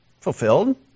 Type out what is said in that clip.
fulfilled